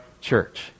church